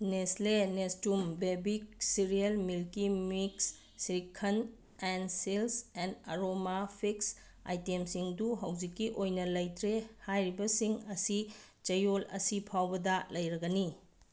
Nestlé Nestum baby cereal ꯃꯤꯜꯀꯤ mix shrikhand ꯑꯦꯟ ꯁꯤꯜ ꯑꯦꯟ ꯑꯔꯣꯃꯥ ꯐꯤꯛꯁ ꯑꯥꯏꯇꯦꯝꯁꯤꯡꯗꯨ ꯍꯧꯖꯤꯛꯀꯤ ꯑꯣꯏꯅ ꯂꯩꯇ꯭ꯔꯦ ꯍꯥꯏꯔꯤꯕꯁꯤꯡ ꯑꯁꯤ ꯆꯌꯣꯜ ꯑꯁꯤ ꯐꯥꯎꯕꯗ ꯂꯩꯔꯒꯅꯤ